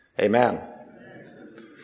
amen